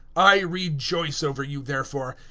i rejoice over you, therefore,